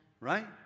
right